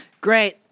Great